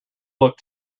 looked